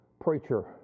preacher